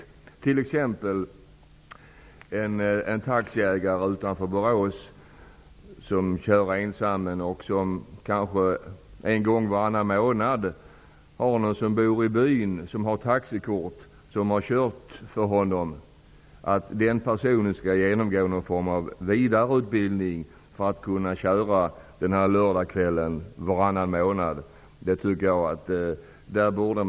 Ett exempel är en taxiägare utanför Borås som kör ensam och som kanske en gång varannan månad låter någon bybo med taxikort köra för honom. Att den personen skall genomgå någon form av vidareutbildning för att kunna köra för taxiägaren en lördagkväll varannan månad tycker jag är onödigt.